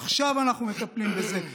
עכשיו אנחנו מטפלים בזה,